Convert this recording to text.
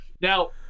Now